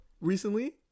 recently